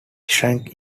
shrank